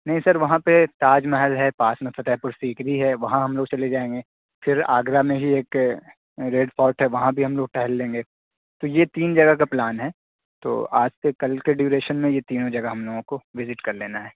نہیں سر وہاں پہ تاج محل ہے پاس میں فتح پور سیکری ہے وہاں ہم لوگ چلے جائیں گے پھر آگرہ میں ہی ایک ریڈ فورٹ ہے وہاں بھی ہم لوگ ٹہل لیں گے تو یہ تین جگہ کا پلان ہے تو آج سے کل کے ڈیوریشن میں یہ تینوں جگہ ہم لوگوں کو وزٹ کر لینا ہے